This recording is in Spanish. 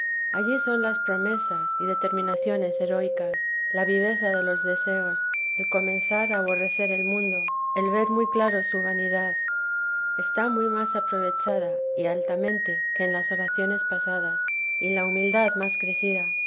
allí son las promesas y determinaciones heroicas ia viveza de los deseos el comenzar a aborrecer el mundo el ver muy claro su vanidad está muy más aprovechada y altamente que en las oraciones pasadas y la humildad más crecida